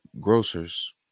grocers